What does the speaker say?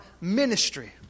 ministry